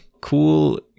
cool